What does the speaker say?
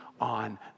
on